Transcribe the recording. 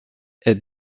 est